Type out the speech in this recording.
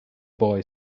boy